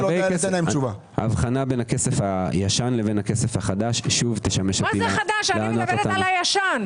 ההבחנה בין הכסף הישן לכסף חדש- - אני מדברת על הישן.